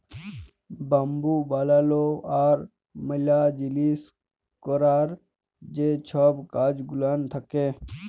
bamboo বালালো আর ম্যালা জিলিস ক্যরার যে ছব কাজ গুলান থ্যাকে